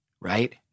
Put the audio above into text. right